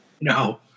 No